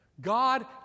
God